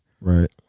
Right